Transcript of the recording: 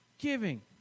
giving